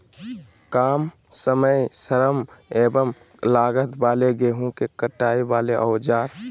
काम समय श्रम एवं लागत वाले गेहूं के कटाई वाले औजार?